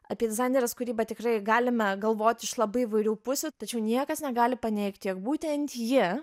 apie dizainerės kūrybą tikrai galime galvot iš labai įvairių pusių tačiau niekas negali paneigti jog būtent ji